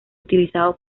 utilizado